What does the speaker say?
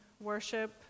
worship